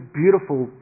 beautiful